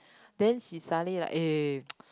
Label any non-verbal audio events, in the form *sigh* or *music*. then she suddenly like eh *noise*